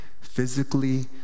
physically